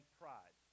pride